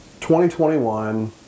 2021